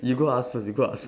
you go ask first you go ask